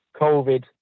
COVID